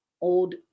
old